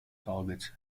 targets